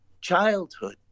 childhood